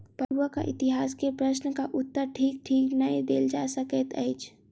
पटुआक इतिहास के प्रश्नक उत्तर ठीक ठीक नै देल जा सकैत अछि